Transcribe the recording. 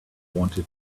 wanted